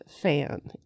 fan